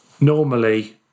normally